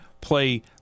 play